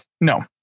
No